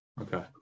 Okay